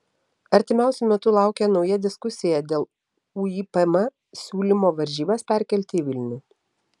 artimiausiu metu laukia nauja diskusija dėl uipm siūlymo varžybas perkelti į vilnių